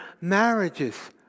marriages